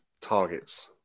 targets